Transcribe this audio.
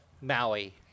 Maui